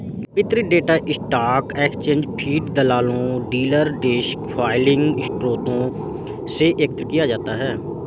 वितरित data stock exchange feed, दलालों, dealer desk filing स्रोतों से एकत्र किया जाता है